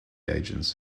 agents